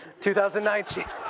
2019